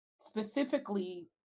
specifically